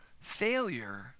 failure